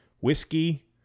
Whiskey